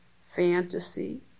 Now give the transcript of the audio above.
fantasy